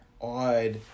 odd